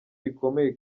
rikomeye